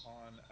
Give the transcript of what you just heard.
on